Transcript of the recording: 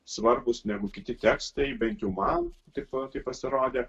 svarbūs negu kiti tekstai bent jau man taip taip pasirodė